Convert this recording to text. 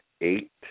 eight